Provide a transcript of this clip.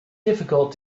difficult